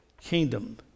kingdom